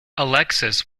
alexis